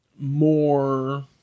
more